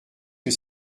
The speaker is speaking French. que